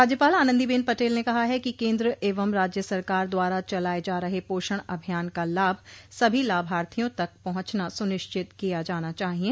राज्यपाल आनन्दीबेन पटेल ने कहा है कि केन्द्र एवं राज्य सरकार द्वारा चलाये जा रहे पोषण अभियान का लाभ सभी लाभार्थियों तक पहुंचना सुनिश्चित किया जाना चाहिये